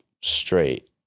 straight